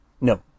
No